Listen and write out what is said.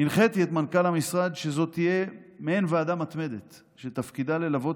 הנחיתי את מנכ"ל המשרד שזו תהיה מעין ועדה מתמדת שתפקידה ללוות